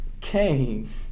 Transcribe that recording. came